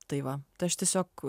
tai va tai aš tiesiog